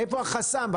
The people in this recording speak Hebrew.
איפה החסם?